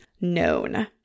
known